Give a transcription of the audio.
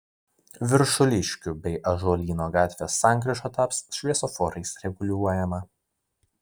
viršuliškių bei ąžuolyno gatvės sankryža taps šviesoforais reguliuojama